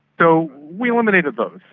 so we eliminated those.